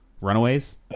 Runaways